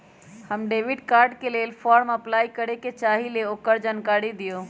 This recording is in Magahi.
हम डेबिट कार्ड के लेल फॉर्म अपलाई करे के चाहीं ल ओकर जानकारी दीउ?